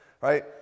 right